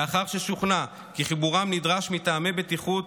לאחר ששוכנע כי חיבורם נדרש מטעמי בטיחות